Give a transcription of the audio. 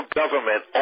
government